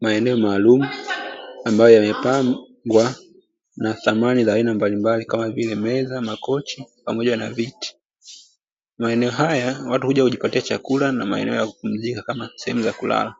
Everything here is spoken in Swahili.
Maeneo maalumu ambayo yamepangwa na samani mbalimbali kama vile meza, viti pamoja na makochi maeneo haya watu uja kujipatia chakula pamoja na sehemu za kupumzika, kama sehemu za kulala